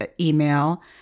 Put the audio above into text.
email